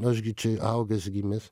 aš gi čia augęs gimęs